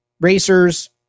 racers